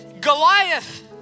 Goliath